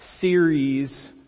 series